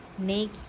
Make